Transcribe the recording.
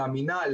למינהל,